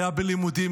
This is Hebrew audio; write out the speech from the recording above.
היה בלימודים,